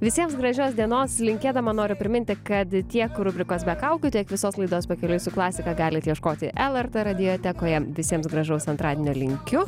visiems gražios dienos linkėdama noriu priminti kad tiek rubrikos be kaukių tiek visos laidos pakeliui su klasika galit ieškoti lrt radiatekoje visiems gražaus antradienio linkiu